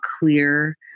clear